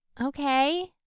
Okay